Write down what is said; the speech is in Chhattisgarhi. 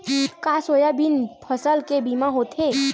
का सोयाबीन फसल के बीमा होथे?